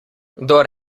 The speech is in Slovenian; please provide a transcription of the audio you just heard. kdor